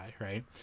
right